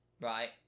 right